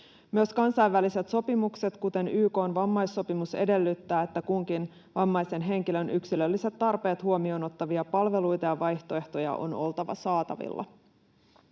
Myös kansainväliset sopimukset, kuten YK:n vammaissopimus, edellyttävät, että kunkin vammaisen henkilön yksilölliset tarpeet huomioon ottavia palveluita ja vaihtoehtoja on oltava saatavilla.